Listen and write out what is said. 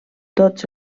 tots